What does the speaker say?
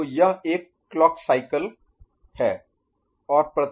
तो यह एक क्लॉक साइकिल Clock Cycle घड़ी चक्र है